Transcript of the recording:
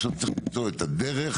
ועכשיו צריך למצוא את הדרך.